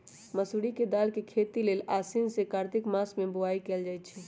मसूरी के दाल के खेती लेल आसीन से कार्तिक मास में बोआई कएल जाइ छइ